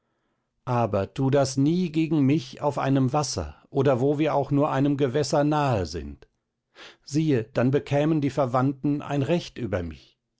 aber tu das nie gegen mich auf einem wasser oder wo wir auch nur einem gewässer nahe sind siehe dann bekämen die verwandten ein recht über mich